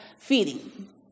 feeding